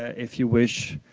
if you wish.